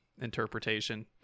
interpretation